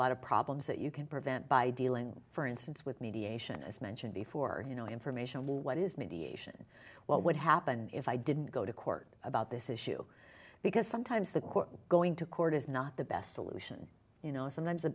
lot of problems that you can prevent by dealing for instance with mediation as mentioned before you know information what is mediation what would happen if i didn't go to court about this issue because sometimes the court going to court is not the best solution you know sometimes the